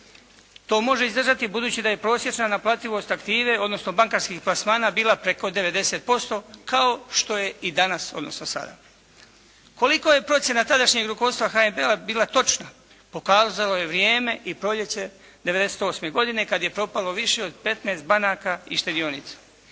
To može izdržati budući da je prosječna naplativost aktive odnosno bankarskih plasmana bila preko 90% kao što je i danas odnosno sada. Koliko je procjena tadašnjeg rukovodstva HNB-a bila točna pokazalo je vrijeme i proljeće '98. godine kad je propalo više od 15 banaka i štedionica.